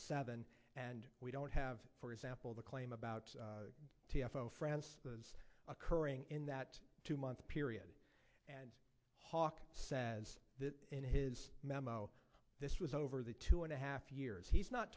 seven and we don't have for example the claim about t f o france was occurring in that two month period hawk says that in his memo this was over the two and a half years he's not